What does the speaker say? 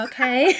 Okay